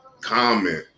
comment